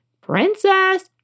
Princess